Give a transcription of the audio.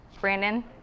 Brandon